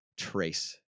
trace